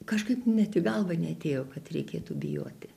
kažkaip net į galvą neatėjo kad reikėtų bijoti